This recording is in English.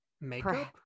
Makeup